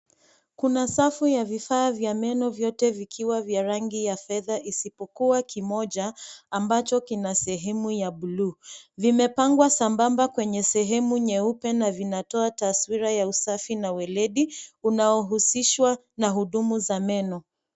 Kuna safu ya vifaa vya meno vyote vikiwa vya rangi ya fedha isipokuwa kimoja ambacho kina sehemu ya bluu. Vimepangwa sambamba kwenye sehemu nyeupe na vinatoa taswira ya usafi na weledi unaohusishwa na huduma za meno.